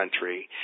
country